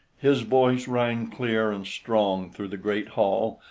his voice rang clear and strong through the great hall,